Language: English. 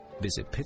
Visit